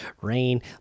rain